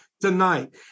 tonight